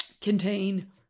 contain